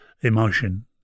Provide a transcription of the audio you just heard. emotion